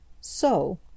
So